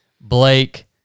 Blake